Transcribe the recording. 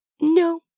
no